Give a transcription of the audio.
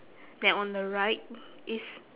then on the right is